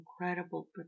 incredible